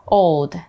old